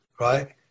right